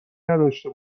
نداشته